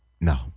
No